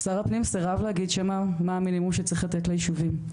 שר הפנים סירב להגיד מה המינימום שצריך לתת ליישובים?